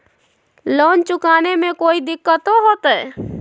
Loan चुकाने में कोई दिक्कतों होते?